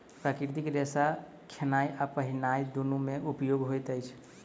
प्राकृतिक रेशा खेनाय आ पहिरनाय दुनू मे उपयोग होइत अछि